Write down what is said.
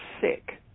sick